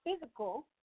physical